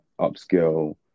upskill